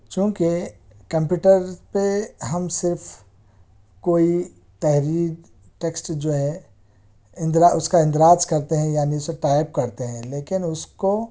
چونکہ کمپیوٹر پہ ہم صرف کوئی تحریر ٹیکسٹ جو ہے اندرا اس کا اندراج کرتے ہیں یعنی اسے ٹائپ کرتے ہیں لیکن اس کو